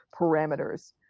parameters